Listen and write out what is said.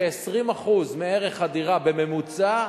כ-20% מערך הדירה בממוצע,